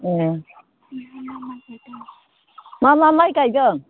ए मा मा माइ गायदों